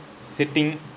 sitting